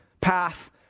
path